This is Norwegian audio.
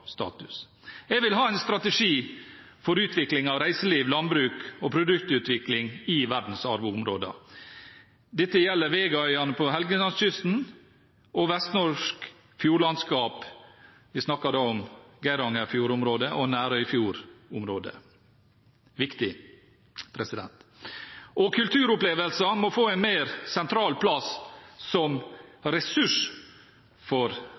Jeg vil ha en strategi for utvikling av reiseliv, landbruk og produktutvikling i verdensarvområdene. Dette gjelder Vega-øyene på Helgelandskysten og vestnorsk fjordlandskap. Jeg snakker da om Geirangerfjord-området og Nærøyfjord-området. Det er viktig. Kulturopplevelser må få en mer sentral plass som ressurs for